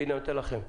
הנה, אני נותן לכם.